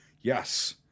yes